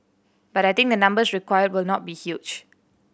but I think the numbers required will not be huge